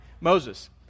Moses